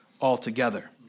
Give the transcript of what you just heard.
altogether